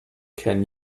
can